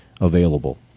available